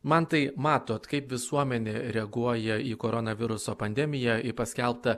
mantai matot kaip visuomenė reaguoja į koronaviruso pandemiją į paskelbtą